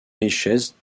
richesse